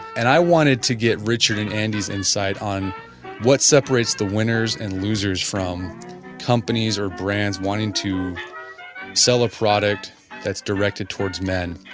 and i wanted to get richard and andy's insight on what separates the winners and losers from companies or brands wanting to sell a product that's directed towards men.